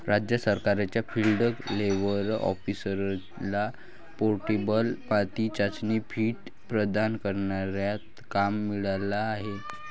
राज्य सरकारच्या field level ऑफिसरला पोर्टेबल माती चाचणी किट प्रदान करण्याचा काम मिळाला आहे